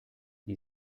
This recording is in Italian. gli